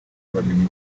bamenya